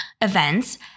events